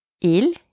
Il